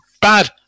bad